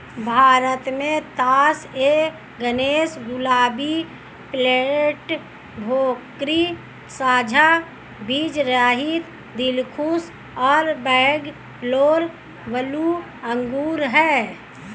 भारत में Tas A Ganesh, Gulabi, perlette, Bhokri, साझा बीजरहित, दिलखुश और बैंगलोर ब्लू अंगूर हैं